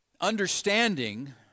understanding